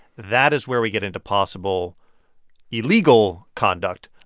that is where we get into possible illegal conduct.